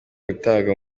gutabwa